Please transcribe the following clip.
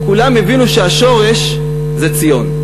כולם הבינו שהשורש זה ציון.